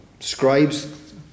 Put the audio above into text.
Scribes